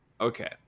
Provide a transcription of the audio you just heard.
Okay